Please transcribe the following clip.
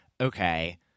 okay